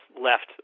left